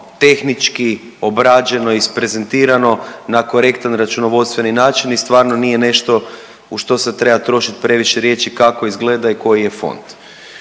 tehnički obrađeno, isprezentirano na korektan računovodstveni način i stvarno nije nešto u što se treba trošiti previše riječi kako izgleda i koji je fond.